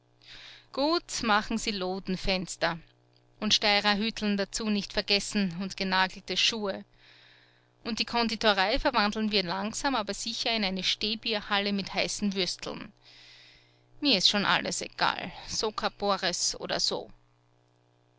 gut machen sie lodenfenster und steirerhüteln dazu nicht vergessen und genagelte schuhe und die konditorei verwandeln wir langsam aber sicher in eine stehbierhalle mit heißen würsteln mir ist schon alles egal so kapores oder so